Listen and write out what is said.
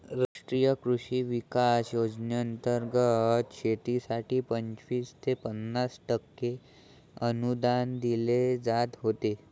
राष्ट्रीय कृषी विकास योजनेंतर्गत शेतीसाठी पंचवीस ते पन्नास टक्के अनुदान दिले जात होते